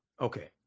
Okay